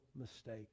mistake